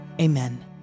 Amen